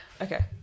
Okay